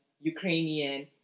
Ukrainian